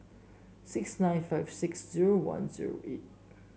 six nine five six zero one zero eight